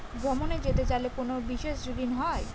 ভ্রমণে যেতে চাইলে কোনো বিশেষ ঋণ হয়?